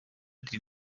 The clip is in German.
die